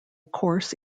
course